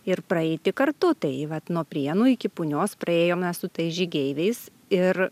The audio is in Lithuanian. ir praeiti kartu tai vat nuo prienų iki punios praėjome su tais žygeiviais ir